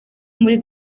muri